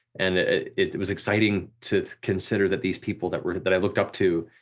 and it was exciting to consider that these people that that i looked up to,